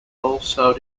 also